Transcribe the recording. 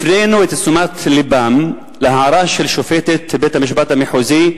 הפנינו את תשומת לבם להערה של שופטת בית-המשפט המחוזי,